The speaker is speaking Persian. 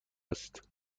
است